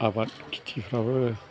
आबाद खिथिफ्राबो